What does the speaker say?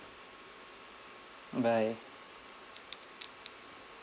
bye